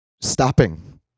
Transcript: stopping